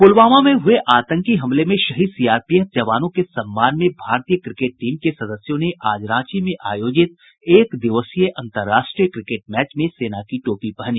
पुलवामा में हुए आतंकी हमले में शहीद सीआरपीएफ जवानों के सम्मान में भारतीय क्रिकेट टीम के सदस्यों ने आज रांची में आयोजित एक दिवसीय अंतर्राष्ट्रीय क्रिकेट मैच में सेना की टोपी पहनी